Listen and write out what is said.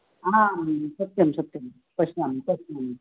हां सत्यं सत्यं पश्यामि पश्यामि